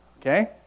Okay